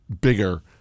bigger